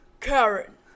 Karen